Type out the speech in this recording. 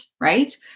right